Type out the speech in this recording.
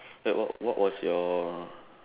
like what what was your